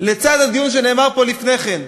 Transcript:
לצד הדיון שהיה פה לפני כן,